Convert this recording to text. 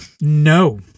No